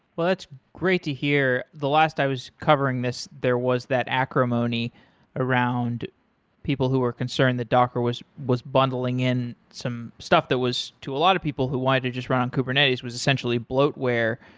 but great to hear. the last i was covering this, there was that acrimony around people who are concerned that docker was was bundling in some stuff was, to a lot of people, who wanted to just run on kubernetes, was essentially bloatware.